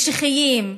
משיחיים,